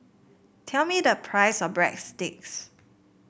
tell me the price of Breadsticks